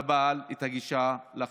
לתת לבעל גישה לחשבון.